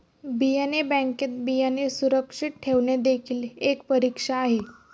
बियाणे बँकेत बियाणे सुरक्षित ठेवणे देखील एक परीक्षा आहे